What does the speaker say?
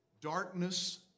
darkness